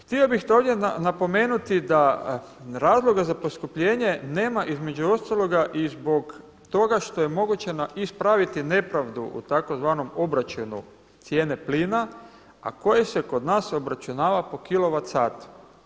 Htio bih to ovdje napomenuti da razloga za poskupljenje nema između ostaloga i zbog toga što je moguće ispraviti nepravdu u tzv. obračunu cijene plina a koje se kod nas obračunava po kilovatsatu.